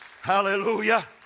Hallelujah